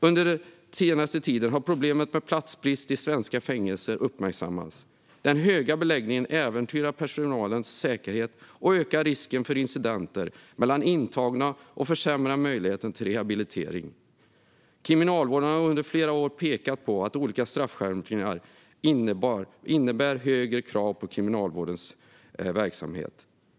Under den senaste tiden har problemet med platsbrist i svenska fängelser uppmärksammats. Den höga beläggningen äventyrar personalens säkerhet, ökar risken för incidenter mellan intagna och försämrar möjligheten till rehabilitering. Kriminalvården har under flera år pekat på att olika straffskärpningar innebär högre krav på Kriminalvårdens verksamhet.